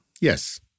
Yes